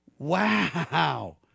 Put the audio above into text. Wow